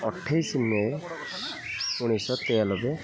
ଅଠେଇଶି ମେ ଉଣେଇଶିଶହ ତେୟାଲବେ